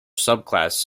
subclass